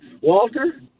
Walter